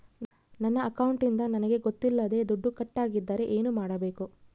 ನನ್ನ ಅಕೌಂಟಿಂದ ನನಗೆ ಗೊತ್ತಿಲ್ಲದೆ ದುಡ್ಡು ಕಟ್ಟಾಗಿದ್ದರೆ ಏನು ಮಾಡಬೇಕು?